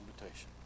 invitation